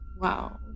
wow